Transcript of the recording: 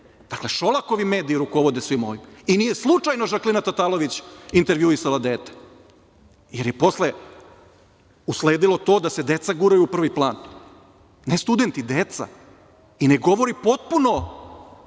Dakle, Šolakovi mediji rukovode svim ovim. I nije slučajno Žaklina Tatalović intervjuisala dete, jer je posle usledilo to da se deca guraju u pravi plan, ne studenti, deca i ne govori potpuno